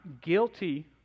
guilty